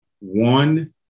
one